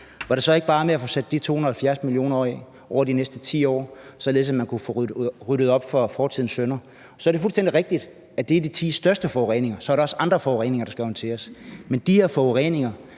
var det så ikke bare med at få sat de 270 mio. kr. af over de næste 10 år, således at man kunne få ryddet op efter fortidens synder? Det er fuldstændig rigtigt, at det er de ti største foreninger, og så er der også andre forureninger, der skal håndteres. Men de her forureninger